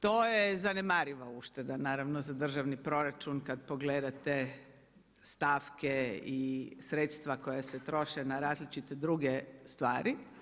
To je zanemariva ušteda, naravno za državni proračun kada pogledate stavke i sredstva koja se troše na različite druge stvari.